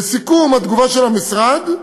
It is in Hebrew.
לסיכום התגובה של המשרד,